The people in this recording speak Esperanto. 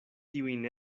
tiujn